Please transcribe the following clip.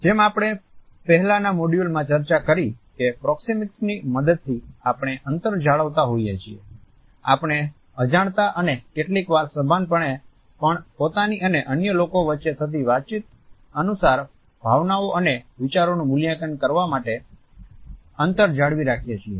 જેમ આપણે પહેલાનાં મોડ્યુલમાં ચર્ચા કરી કે પ્રોક્સીમીક્સ ની મદદ થી આપણે અંતર જાળવતા હોઈએ છીએ આપણે અજાણતાં અને કેટલીક વાર સભાનપણે પણ પોતાની અને અન્ય લોકો વચ્ચે થતી વાતચીત અનુસાર ભાવનાઓ અને વિચારોનું મૂલ્યાંકન કરવા માટે અંતર જાળવી રાખીએ છીએ